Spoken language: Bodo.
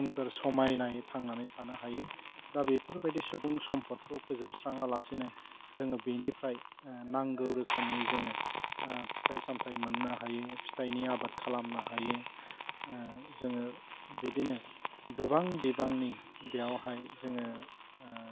सोमखोर समायनायै थांनानै थानो हायो दा बेफोर बायदि सुबुं सम्फदखौ फोजोबस्राङा लासेनो जोङो बेनिफ्राय नांगौ रोखोमनि जोङो फिथाइ सामथाय मोन्नो हायो फिथाइनि आबाद खालामनो हायो जोङो बिदिनो गोबां बिबांनि बेयावहाय जोङो